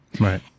Right